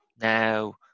Now